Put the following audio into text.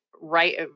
right